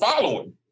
following